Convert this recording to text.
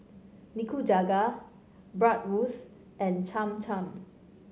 Nikujaga Bratwurst and Cham Cham